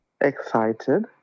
Excited